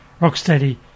Rocksteady